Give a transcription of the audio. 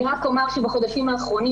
אני רק אומר שבחודשים האחרונים,